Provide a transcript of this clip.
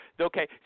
Okay